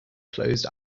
closed